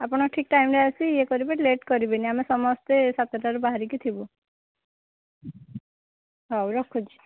ଆପଣ ଠିକ୍ ଟାଇମ୍ରେ ଆସି ଇଏ କରିବେ ଲେଟ୍ କରିବେନି ଆମେ ସମସ୍ତେ ସାତଟାରୁ ବାହାରିକି ଥିବୁ ହଉ ରଖୁଛି